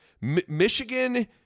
Michigan